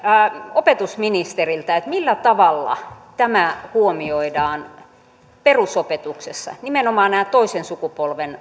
opetusministeriltä millä tavalla huomioidaan perusopetuksessa nimenomaan nämä toisen sukupolven